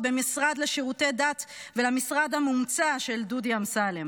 במשרד לשירותי דת ולמשרד המומצא של דודי אמסלם.